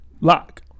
lock